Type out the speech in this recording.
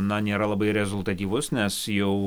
na nėra labai rezultatyvus nes jau